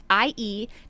IE